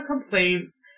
complaints